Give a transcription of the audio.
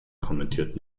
kommentiert